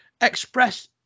express